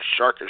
sharkish